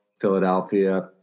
Philadelphia